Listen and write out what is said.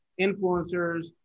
influencers